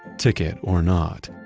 ticket or not.